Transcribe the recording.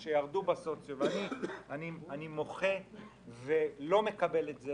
אני מוחה ולא מקבל את זה